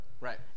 Right